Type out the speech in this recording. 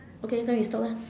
okay then we stop lah